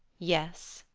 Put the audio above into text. yes.